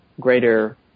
greater